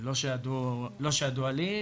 לא שידוע לי.